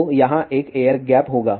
तो यहाँ एक एयर गैप होगा